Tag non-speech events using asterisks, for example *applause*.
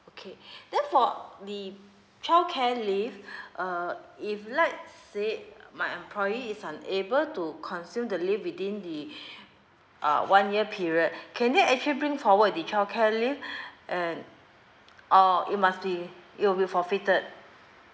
okay *breath* then for the child care leave *breath* uh if let say my employee is unable to consume the leave within the *breath* uh one year period can they actually bring forward the child care leave *breath* and or it must be it will be forfeited